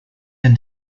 and